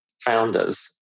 founders